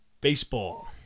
baseball